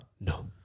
No